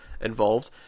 involved